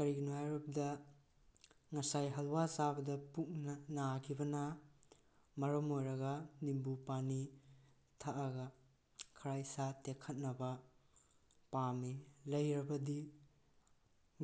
ꯀꯔꯤꯒꯤꯅꯣ ꯍꯥꯏꯔꯕꯗ ꯉꯁꯥꯏ ꯍꯜꯋꯥ ꯆꯥꯕꯗ ꯄꯨꯛ ꯅꯥꯈꯤꯕꯅ ꯃꯔꯝ ꯑꯣꯏꯔꯒ ꯅꯤꯝꯕꯨ ꯄꯥꯅꯤ ꯊꯛꯑꯒ ꯈꯔ ꯏꯁꯥ ꯇꯦꯛꯈꯠꯅꯕ ꯄꯥꯝꯃꯤ ꯂꯩꯔꯕꯗꯤ